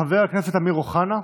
חבר הכנסת אמיר אוחנה,